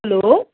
hello